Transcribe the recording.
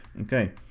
Okay